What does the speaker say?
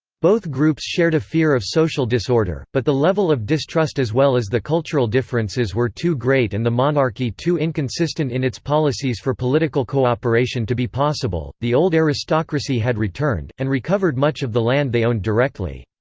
both groups shared a fear of social disorder, but the level of distrust as well as the cultural differences were too great and the monarchy too inconsistent in its policies for political cooperation to be possible the old aristocracy had returned, and recovered much of the land they owned directly.